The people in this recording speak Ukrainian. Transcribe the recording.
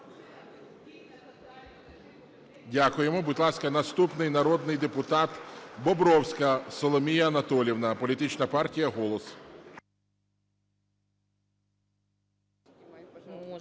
Дякуємо. Будь ласка, наступний народний депутат Бобровська Соломія Анатоліївна, політична партія "Голос".